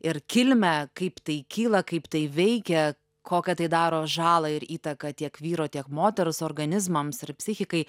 ir kilmę kaip tai kyla kaip tai veikia kokią tai daro žalą ir įtaką tiek vyro tiek moters organizmams ir psichikai